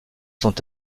sont